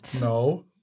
No